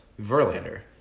Verlander